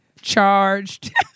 charged